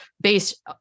based